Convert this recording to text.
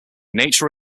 nature